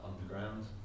Underground